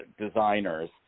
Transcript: designers